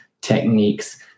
techniques